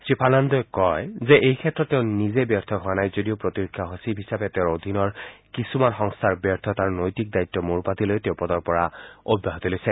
শ্ৰীফাৰ্নাণ্ডোৱে কয় যে এইক্ষেত্ৰত তেওঁ নিজে ব্যৰ্থ হোৱা নাই যদিও প্ৰতিৰক্ষা সচিব হিচাপে তেওঁৰ নেতৃত্বৰ কিছুমান সংস্থাৰ ব্যৰ্থতাৰ নৈতিক দায়িত্ব মূৰ পাতি লৈ তেওঁ পদৰ পৰা অব্যাহতি লৈছে